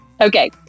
Okay